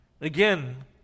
Again